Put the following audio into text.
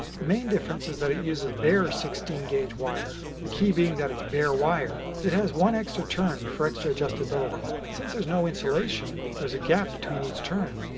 the main difference is that it uses bare sixteen gauge wire, the key being that it's bare wire. it has the one extra turn for extra adjustability. since there's no insulation, there's a gap between each turn.